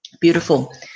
Beautiful